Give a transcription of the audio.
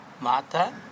Mata